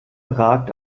ragt